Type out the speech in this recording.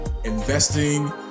Investing